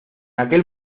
aquel